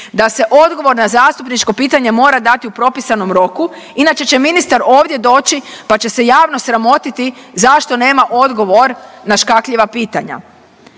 Da se odgovor na zastupničko pitanje mora dati u propisanom roku inače će ministar ovdje doći pa će se javno sramotiti zašto nema odgovor na škakljiva pitanja.